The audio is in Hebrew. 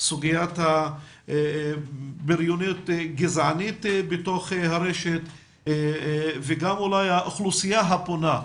סוגיית הבריונות הגזענית בתוך הרשת וגם אולי מי האוכלוסייה הפונה,